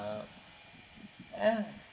~(uh) ya